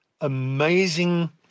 amazing